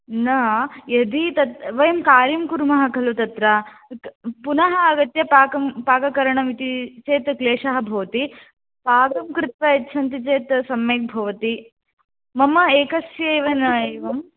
न यदि तत् वयं कार्यं कुर्मः खलु तत्र पुनः आगत्य पाक पाककरणमिति चेत् क्लेषः भवति पाकं कृत्वा यच्छन्ति चेत् सम्यक् भवति मम एकस्य एव न एवं